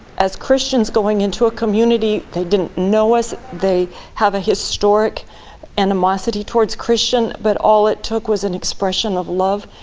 as christians, going into a community that didn't know us. they have a historic animosity towards christians. but all it took was an expression of love,